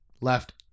left